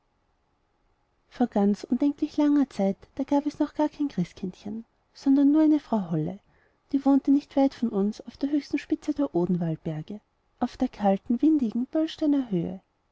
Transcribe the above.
vor ganz undenklich langer zeit da gab es noch gar kein christkindchen sondern nur eine frau holle die wohnte nicht weit von uns auf der höchsten spitze der odenwaldberge auf der kalten windigen böllsteiner höhe